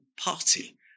party